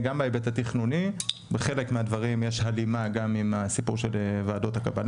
אבל יש היבטים משמעותיים ביותר שקשורים